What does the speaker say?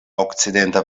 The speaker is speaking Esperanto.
okcidenta